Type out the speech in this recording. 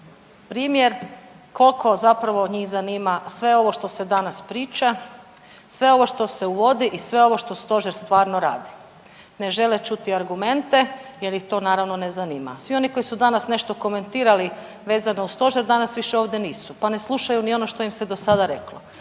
primjer koliko zapravo njih zanima sve ovo što se danas priča, sve ovo što se uvodi i sve ovo što Stožer stvarno radi. Ne žele čuti argumente jer ih to naravno, ne zanima. Svi oni koji su danas nešto komentirali vezano uz Stožer, danas ovdje više nisu pa ne slušaju ni ono što im se do sada reklo.